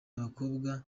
abakobwa